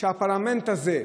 שהפרלמנט הזה,